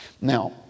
Now